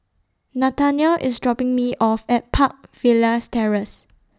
Nathanial IS dropping Me off At Park Villas Terrace